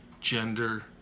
gender